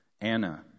Anna